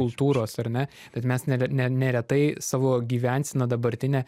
kultūros ar ne bet mes nere ne neretai savo gyvenseną dabartinę